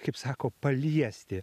kaip sako paliesti